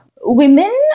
women